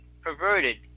Perverted